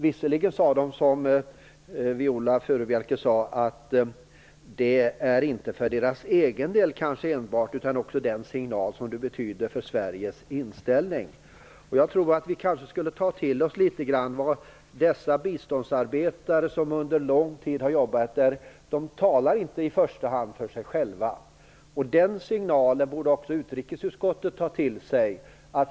Visserligen sade de, som Viola Furubjelke sade, att en svensk representation kanske inte är viktig enbart för deras egen del utan också för den signal som det betyder om Sveriges inställning. Jag tror att vi borde ta till oss att dessa biståndsarbetare, som under långt tid har jobbat där, inte i första hand talar för sig själva. Den signalen borde också utrikesutskottet ta till sig.